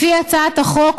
לפי הצעת החוק,